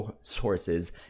sources